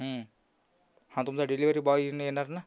हा तुमचा delivery boy येऊन येणार ना